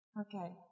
Okay